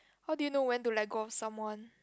how do you know when to let go of someone